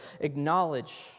Acknowledge